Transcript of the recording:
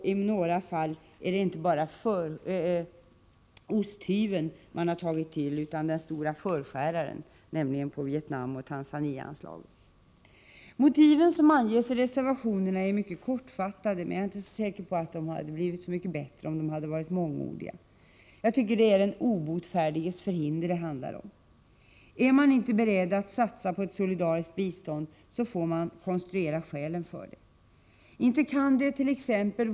I några fall är det inte bara osthyveln utan den stora förskäraren man tagit till, nämligen beträffande Vietnam och Tanzania. Motiven som anges i reservationerna är mycket kortfattade, men jag är inte säker på att de hade blivit så mycket bättre om de varit mångordiga. Jag tycker att det är den obotfärdiges förhinder det handlar om. Är man inte beredd att satsa på ett solidariskt bistånd, får man konstruera skälen för detta. Inte kan dett.ex.